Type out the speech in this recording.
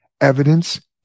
evidence